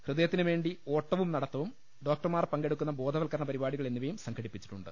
ഹൃദയത്തിനുവേണ്ടി ഓട്ടവും നടത്തവും ഡോക്ടർമാർ പങ്കെടുക്കുന്ന ബോധവൽ ക്കരണ പരിപാടികൾ എന്നിവയും സംഘടിപ്പിച്ചിട്ടുണ്ട്